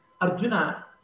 Arjuna